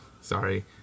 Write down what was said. Sorry